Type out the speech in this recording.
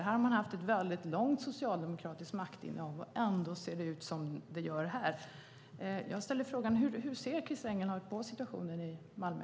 Här har man haft ett långt socialdemokratiskt maktinnehav; ändå ser det ut som det gör. Hur ser du på situationen i Malmö?